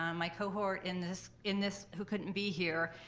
um my cohort in this in this who couldn't be here.